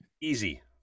Easy